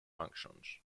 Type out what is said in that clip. functions